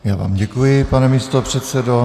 Já vám děkuji, pane místopředsedo.